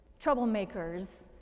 Troublemakers